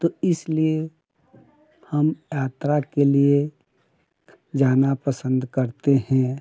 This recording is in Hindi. तो इसलिए हम यात्रा के लिए जाना पसंद करते हैं